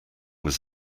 was